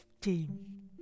team